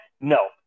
No